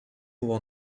buvo